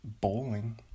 bowling